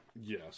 Yes